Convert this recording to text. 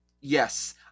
yes